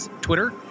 Twitter